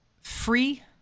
free